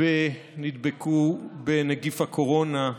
שנדבקו בנגיף הקורונה,